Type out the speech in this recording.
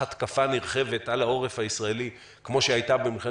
התקפה נרחבת על העורף הישראלי כמו שהיתה במלחמת